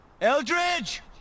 Eldridge